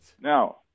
Now